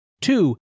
Two